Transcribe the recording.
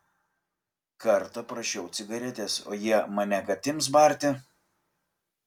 kartą prašiau cigaretės o jie mane kad ims barti